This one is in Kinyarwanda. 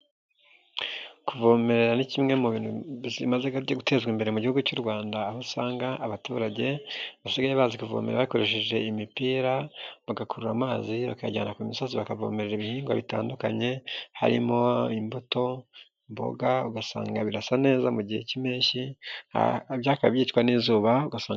Kuvomerera ni kimwe mu bimaze gutezwa imbere mu gihugu cy'u Rwanda aho usanga abaturage basigaye bazi kuvomere bakoresheje imipira bagakurura amazi bakajyana ku misozi, bakavomera ibihingwa bitandukanye harimo imbuto, mboga, ugasanga birasa neza mu gihe cy'impeshyi ibyakabaye byitwa n'izuba ugasanga.